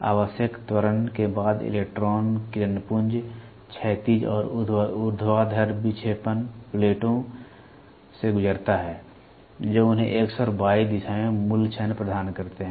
आवश्यक त्वरण के बाद इलेक्ट्रॉन किरण पुंज क्षैतिज और ऊर्ध्वाधर विक्षेपण प्लेटों से गुजरता है जो उन्हें एक्स और वाई दिशा में मूल क्षण प्रदान करते हैं